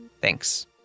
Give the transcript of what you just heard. Thanks